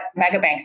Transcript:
megabanks